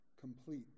complete